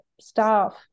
staff